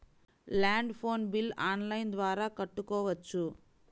Land phone bill online ద్వారా కట్టుకోవచ్చు?